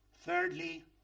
Thirdly